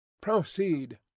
Proceed